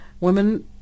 Women